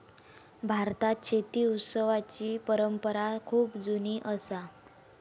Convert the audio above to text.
भारतात शेती उत्सवाची परंपरा खूप जुनी असा